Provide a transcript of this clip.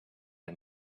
and